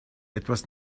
etwas